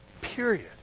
Period